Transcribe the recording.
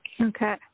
Okay